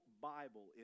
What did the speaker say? Bible